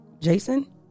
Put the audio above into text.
Jason